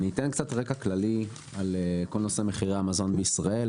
אני אתן קצת רקע כללי על כל נושא מחירי המזון בישראל,